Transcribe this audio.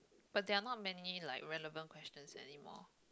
but they're not many like relevant questions anymore